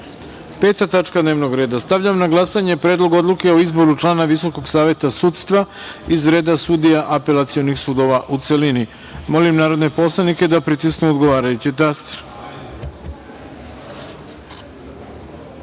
tačka dnevnog reda. Stavljam na glasanje Predlog odluke o izboru člana Visokog saveta sudstva iz reda sudija apelacionih sudova, u celini. Molim poslanike da pritisnu odgovarajući taster